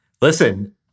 listen